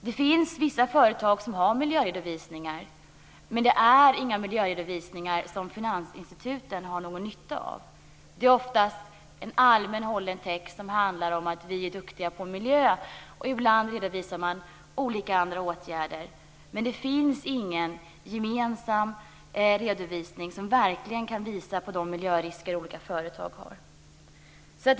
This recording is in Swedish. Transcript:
Det finns vissa företag som har miljöredovisningar. Men det är inga miljöredovisningar som finansinstituten har någon nytta av. Det är oftast en allmänt hållen text som handlar om att företaget i fråga är duktigt på miljö. Ibland redovisar man olika andra åtgärder. Men det finns ingen gemensam redovisning som verkligen kan visa på de miljörisker som olika företag innebär.